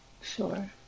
Sure